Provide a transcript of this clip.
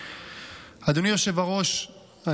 אדוני היושב-ראש,